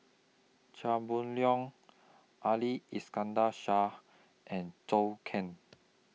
Chia Boon Leong Ali Iskandar Shah and Zhou Can